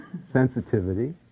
sensitivity